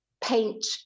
paint